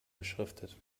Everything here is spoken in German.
beschriftet